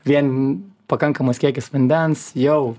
vien pakankamas kiekis vandens jau